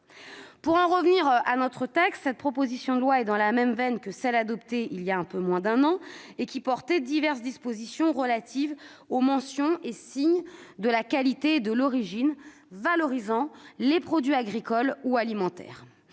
Pour en revenir au texte, cette proposition de loi est dans la même veine que la proposition de loi portant diverses dispositions relatives aux mentions et signes de la qualité et de l'origine valorisant les produits agricoles ou alimentaires,